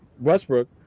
Westbrook